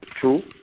True